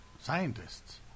scientists